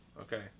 okay